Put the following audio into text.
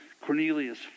Cornelius